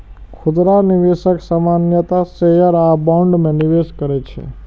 खुदरा निवेशक सामान्यतः शेयर आ बॉन्ड मे निवेश करै छै